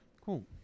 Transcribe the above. Cool